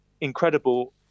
incredible